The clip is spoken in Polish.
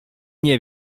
nie